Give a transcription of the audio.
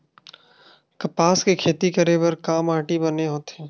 कपास के खेती करे बर का माटी बने होथे?